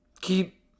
keep